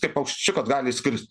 kaip paukščiukas gali skrist